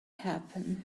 happen